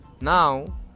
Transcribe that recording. Now